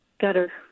gutter